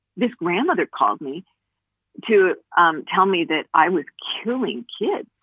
this grandmother called me to um tell me that i was cooling kids.